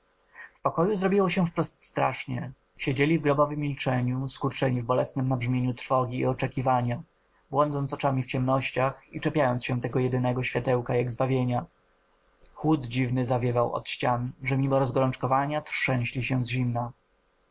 pokoju zrobiło się wprost strasznie siedzieli w grobowem milczeniu skurczeni w bolesnem nabrzmieniu trwogi i oczekiwania błądząc oczami w ciemnościach i czepiając się tego jedynego światełka jak zbawienia chłód dziwny zawiewał od ścian że mimo rozgorączkowania trzęśli się z zimna